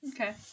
okay